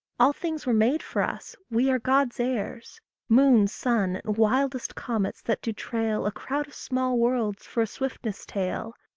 all things were made for us we are god's heirs moon, sun, and wildest comets that do trail a crowd of small worlds for a swiftness-tail!